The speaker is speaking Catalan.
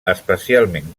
especialment